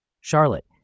Charlotte